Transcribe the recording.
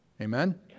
Amen